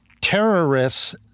terrorists